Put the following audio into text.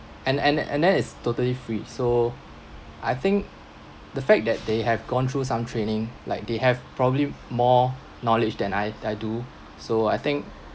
and and and then it's totally free so I think the fact that they have gone through some training like they have probably more knowledge than I I do so I think